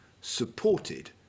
supported